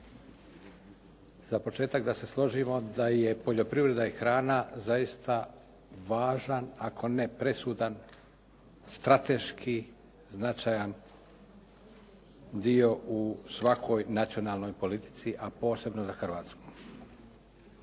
Za početak da se složimo da je poljoprivreda i hrana zaista važan ako ne presudan strateški značajan dio u svakoj nacionalnoj politici, a posebno za Hrvatsku.